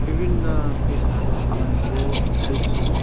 विभिन्न पेसाहरू अप्नाएको देख्छौँ